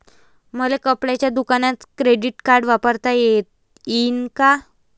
मले कपड्याच्या दुकानात क्रेडिट कार्ड वापरता येईन का?